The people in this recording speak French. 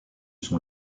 son